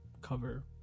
cover